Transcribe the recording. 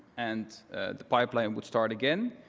and the pipeline would start again,